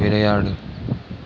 விளையாடு